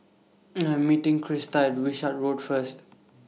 I Am meeting Krista At Wishart Road First